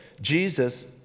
Jesus